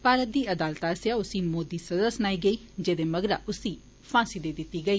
भारत दी अदालत आस्सेआ उसी मौत दी सज़ा सनाई गेई जेदे मगरा उसी फांसी दिती गेई